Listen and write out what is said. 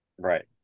right